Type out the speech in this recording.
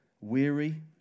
weary